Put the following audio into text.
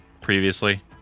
previously